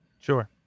Sure